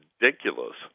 ridiculous